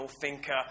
thinker